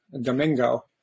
Domingo